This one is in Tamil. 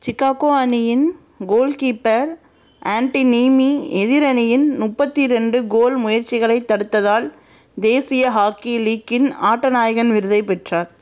சிக்காகோ அணியின் கோல்கீப்பர் ஆன்டி நீமி எதிரணியின் முப்பத்தி ரெண்டு கோல் முயற்சிகளைத் தடுத்ததால் தேசிய ஹாக்கி லீக்கின் ஆட்ட நாயகன் விருதைப் பெற்றார்